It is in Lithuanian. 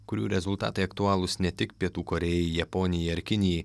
kurių rezultatai aktualūs ne tik pietų korėjai japonijai ar kinijai